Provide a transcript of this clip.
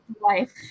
life